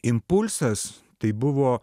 impulsas tai buvo